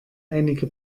einige